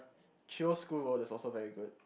Chio's School Road is also very good